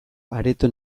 areto